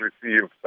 receive